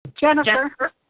Jennifer